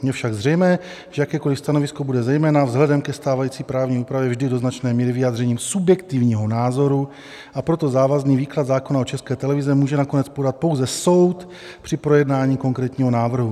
Je však zřejmé, že jakékoliv stanovisko bude zejména vzhledem ke stávající právní úpravě vždy do značné míry vyjádřením subjektivního názoru, a proto závazný výklad zákona o České televizi může nakonec podat pouze soud při projednání konkrétního návrhu.